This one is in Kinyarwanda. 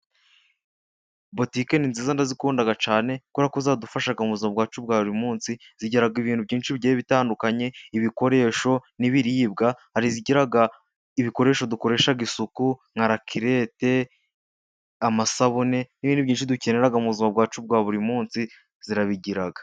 Botike ni nziza ndazikunda cyane kubera ko ziradufasha mubuzima bwacu bwa buri munsi zigira ibintu byinshi bigiye bitandukanye ibikoresho n'ibiribwa, harizigira ibikoresho dukoresha isuku nka rakirete, amasabune n'ibindi byinshi dukenera mu buzima bwa buri munsi zirabigira.